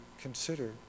consider